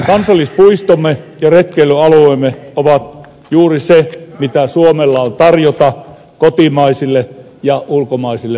kansallispuistomme ja retkeilyalueemme ovat juuri se mitä suomella on tarjota kotimaisille ja ulkomaisille matkailijoille